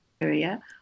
area